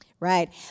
Right